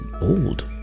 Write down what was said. old